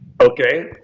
Okay